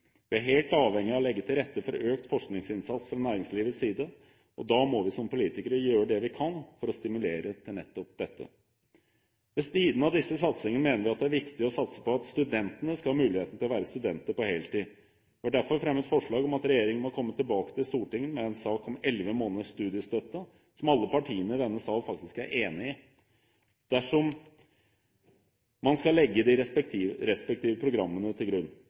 Vi er helt avhengig av å legge til rette for økt forskningsinnsats fra næringslivets side, og da må vi som politikere gjøre det vi kan for å stimulere til nettopp dette. Ved siden av disse satsingene mener vi det er viktig å satse på at studentene skal ha muligheten til å være studenter på heltid. Vi har derfor fremmet et forslag om at regjeringen må komme tilbake til Stortinget med en sak om elleve måneders studiestøtte, noe alle partiene i denne salen faktisk er enig i, dersom man skal legge de respektive programmene til grunn.